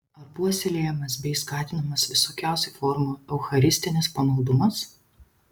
ar puoselėjamas bei skatinamas visokiausių formų eucharistinis pamaldumas